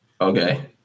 Okay